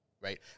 right